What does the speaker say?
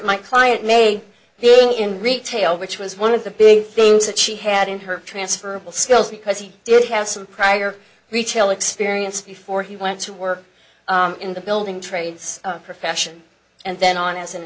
my client may being in retail which was one of the big things that she had in her transferable skills because he did have some prior retail experience before he went to work in the building trades profession and then on as an